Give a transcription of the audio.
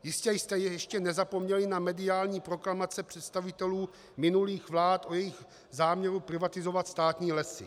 Jistě jste ještě nezapomněli na mediální proklamace představitelů minulých vlád o jejich záměru privatizovat státní lesy.